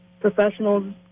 professionals